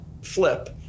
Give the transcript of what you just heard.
flip